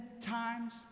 times